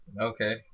Okay